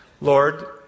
Lord